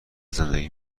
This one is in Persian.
زندگی